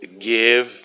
give